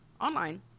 online